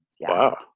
Wow